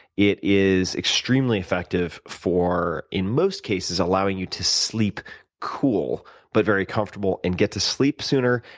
it is extremely effective for, in most cases, allowing you to sleep cool but very comfortable and get to sleep sooner,